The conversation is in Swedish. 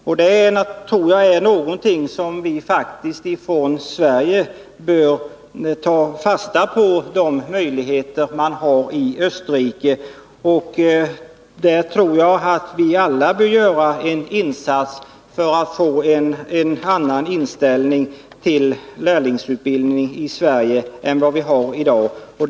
Jag tror att vi i Sverige faktiskt bör ta fasta på de möjligheter i detta avseende som finns i Österrike. Vi bör alla göra en insats för att i Sverige få till stånd en annan inställning till lärlingsutbildning än den som i dag råder.